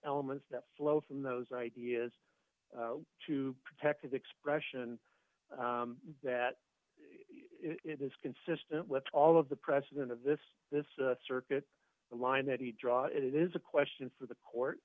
elements that flow from those ideas to protect his expression that it is consistent with all of the precedent of this this circuit the line that he draw it is a question for the court